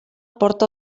porta